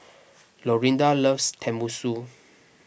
Lorinda loves Tenmusu